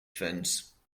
fence